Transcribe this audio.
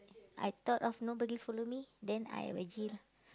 I thought of nobody follow me then I veggie lah